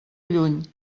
lluny